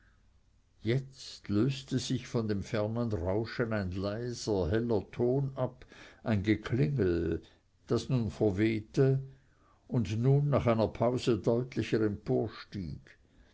jetzt löste sich von dem fernen rauschen ein leiser heller ton ab ein geklingel das nun verwehte und nun nach einer pause deutlicher